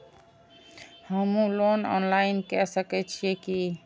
हमू loan online के सके छीये की?